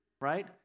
right